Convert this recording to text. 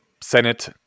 Senate